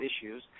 issues